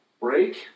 Break